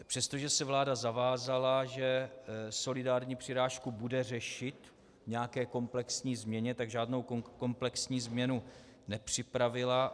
Přestože se vláda zavázala, že solidární přirážku bude řešit v nějaké komplexní změně, tak žádnou komplexní změnu nepřipravila.